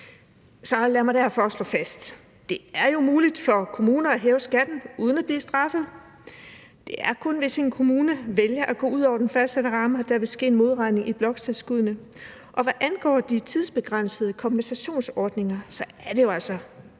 Det er jo muligt for kommuner at hæve skatten uden at blive straffet. Det er kun, hvis en kommune vælger at gå ud over den fastsatte ramme, at der vil ske en modregning i bloktilskuddene. Og hvad angår de tidsbegrænsede kompensationsordninger, er det jo altså